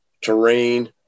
terrain